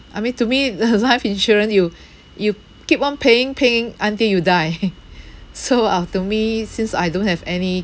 I mean to me the life insurance you you keep on paying paying until you die so ah to me since I don't have any